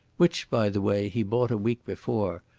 which, by the way, he bought a week before,